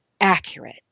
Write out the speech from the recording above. accurate